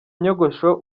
nyogosho